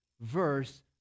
verse